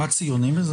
מה ציוני בזה?